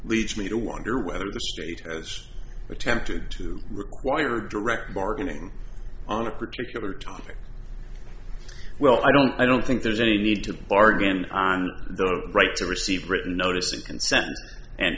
leads me to wonder whether the state has attempted to require direct bargaining on a particular topic well i don't i don't think there's any need to bargain on the right to receive written notice of consent and